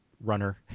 runner